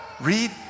Read